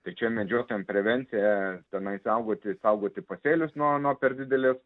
tai čia medžiotojam prevencija tenai saugoti saugoti pasėlius nuo nuo per didelės